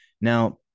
Now